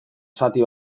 zati